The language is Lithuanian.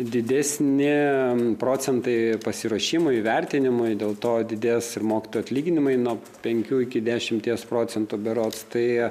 didesni procentai pasiruošimui įvertinimui dėl to didės mokytojų atlyginimai nuo penkių iki dešimties procentų berods tai